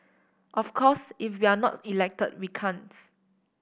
of course if we're not elected we can't